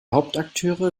hauptakteure